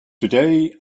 today